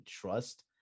trust